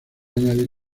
añadir